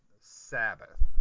Sabbath